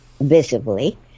visibly